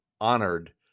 honored